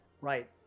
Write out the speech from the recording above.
Right